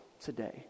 today